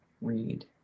read